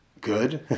good